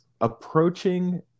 Approaching